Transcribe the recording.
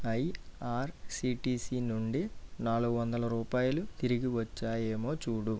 IRCTC నుండి నాలుగు వందల రూపాయలు తిరిగివచ్చాయేమో చూడు